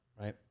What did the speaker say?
right